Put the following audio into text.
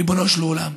ריבונו של עולם,